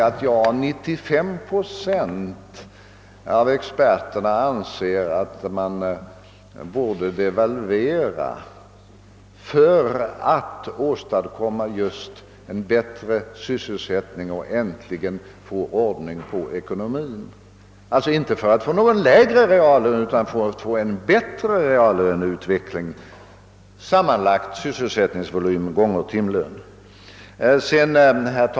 Han svarade att 95 procent av experterna ansåg att England borde devalvera för att skapa ökad sysselsättning och äntligen få ordning på ekonomin — alltså inte för att få en lägre reallön utan för att nå en bättre reallöneutveckling, d.v.s. sammanlagt sysselsättning gånger timförtjänst.